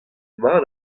mat